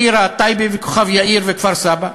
טירה, טייבה, כוכב-יאיר וכפר-סבא,